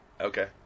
okay